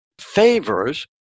favors